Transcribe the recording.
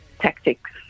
tactics